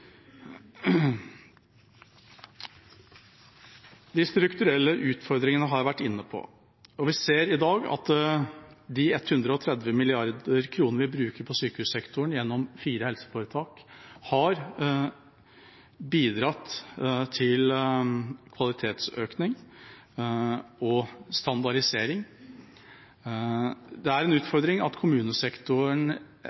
De strukturelle utfordringene har jeg vært inne på. Vi ser i dag at de 130 mrd. kr vi bruker på sykehussektoren gjennom fire helseforetak, har bidratt til kvalitetsøkning og standardisering. Det er en utfordring at kommunesektoren